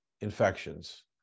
infections